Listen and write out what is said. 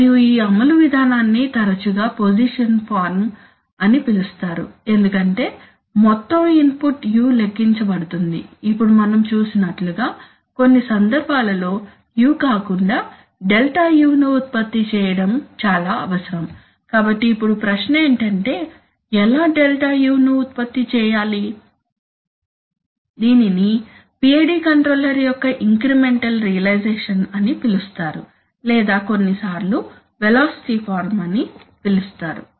మరియు ఈ అమలు విధానాన్ని తరచుగా పొజిషన్ ఫారం అని పిలుస్తారు ఎందుకంటే మొత్తం ఇన్పుట్ u లెక్కించబడుతుంది ఇప్పుడు మనం చూసినట్లుగా కొన్ని సందర్భాల్లో u కాకుండా Δu ను ఉత్పత్తి చేయడం చాలా అవసరం కాబట్టి ఇప్పుడు ప్రశ్న ఏమిటంటే ఎలా Δu ను ఉత్పత్తి చేయాలి దీనిని PID కంట్రోలర్ యొక్క ఇంక్రిమెంటల్ రియలైజెషన్ అని పిలుస్తారు లేదా కొన్నిసార్లు వెలాసిటీ ఫారం అని పిలుస్తారు